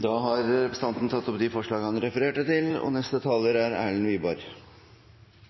Representanten Dag Terje Andersen har tatt opp de forslagene han refererte til. Fremskrittspartiet ønsker å premiere innsats og arbeidsvilje. Lavere skatter og avgifter er,